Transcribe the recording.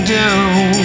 down